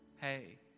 Hey